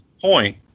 point